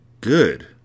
Good